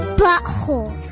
butthole